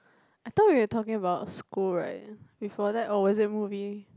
I thought we were talking about school right before that or was it movie